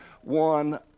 one